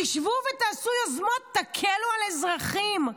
תשבו ותעשו יוזמות, תקלו על אזרחים.